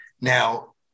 Now